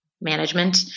management